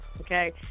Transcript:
okay